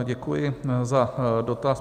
Děkuji za dotaz.